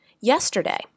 Yesterday